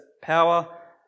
power